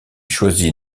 choisit